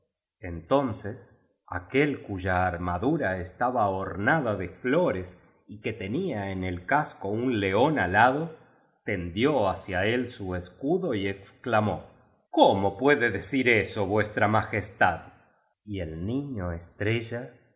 entonces aquel cuya armadura estaba ornada de flores y que tenía en el casco un león alado tendió hacia él su escudo y exclamó cómo puede decir eso vuestra majestad y el